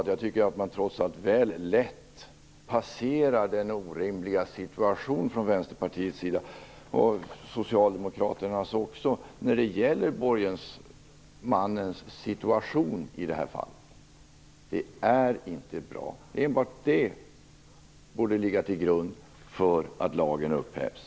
Jag tycker att man från Vänsterpartiets och Socialdemokraternas sida väl lätt passerar borgensmannens orimliga situation. Det är inte bra. Enbart den situationen borde ligga till grund för att lagen upphävs.